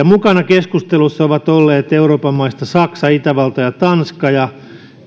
mukana keskustelussa ovat olleet euroopan maista saksa itävalta ja tanska